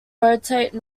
rotate